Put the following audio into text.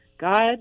God